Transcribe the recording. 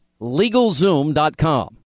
LegalZoom.com